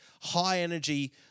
high-energy